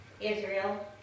Israel